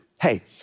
Hey